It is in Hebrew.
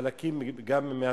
חלקים גם מהשומרון,